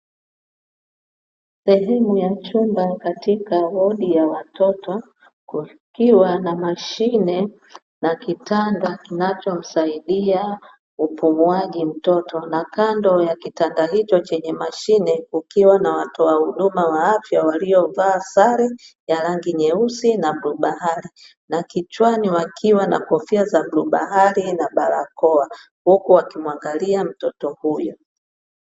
Sehemu ya chumba katika wodi ya watoto, kukiwa na mashine na kitanda kinachomsaidia upumuaji mtoto, na kando ya kitanda hicho chenye mashine kukiwa na watoa huduma wa afya waliovaa sare ya rangi nyeusi na bluu bahari, na kichwani wakiwa na kofia za bluu bahari na barakoa huku wakimwangalia mtoto huyo.